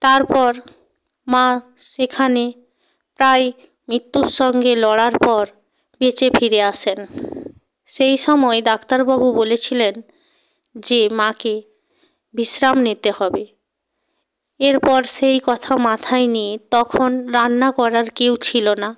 তারপর মা সেখানে প্রায় মৃত্যুর সঙ্গে লড়ার পর বেঁচে ফিরে আসেন সেই সময় ডাক্তারবাবু বলেছিলেন যে মাকে বিশ্রাম নিতে হবে এরপর সেই কথা মাথায় নিয়ে তখন রান্না করার কেউ ছিল না